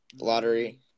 lottery